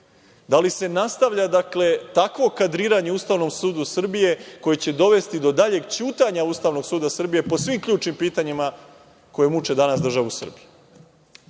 Da li se nastavlja takvo kadriranje u Ustavnom sudu Srbije koje će dovesti do daljeg ćutanja Ustavnog suda Srbije po svim ključnim pitanjima koja muče danas državu